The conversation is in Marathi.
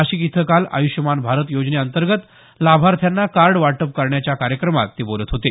नाशिक इथं काल आयुष्मान भारत योजनेअंतर्गत लाभार्थ्यांना कार्ड वाटप करण्याच्या कार्यक्रमात ते बोलत होते